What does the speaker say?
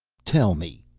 tell me,